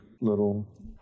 little